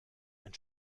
ein